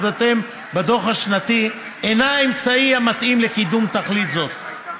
אודותיהם בדוח השנתי אינה האמצעי המתאים לקידום תכלית זו,